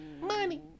Money